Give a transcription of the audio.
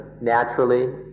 naturally